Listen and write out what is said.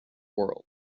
world